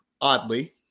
oddly